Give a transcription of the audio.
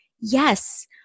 Yes